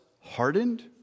hardened